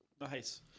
nice